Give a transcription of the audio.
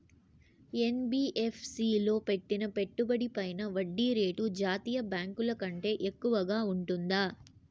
NBFC లో పెట్టిన పెట్టుబడి పై వడ్డీ రేటు జాతీయ బ్యాంకు ల కంటే ఎక్కువగా ఉంటుందా?